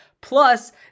Plus